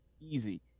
easy